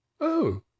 Oh